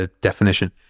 definition